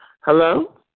Hello